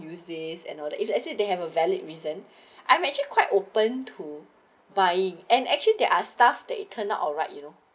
these days and all that it's actually they have a valid reason I'm actually quite open to buy an action there are stuff that you turn out all right you know